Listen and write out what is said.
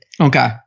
Okay